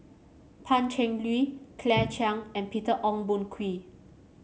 Pan Cheng Lui Claire Chiang and Peter Ong Boon Kwee